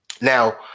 Now